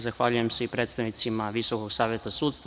Zahvaljujem se i predstavnicima Visokog saveta sudstva.